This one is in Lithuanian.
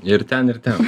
ir ten ir ten